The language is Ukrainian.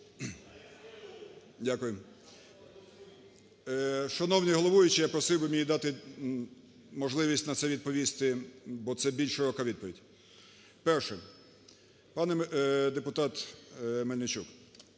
Дякую. Шановний головуючий, я просив би мені дати можливість на це відповісти, бо це більш широка відповідь. Перше. Пане депутат Мельничук,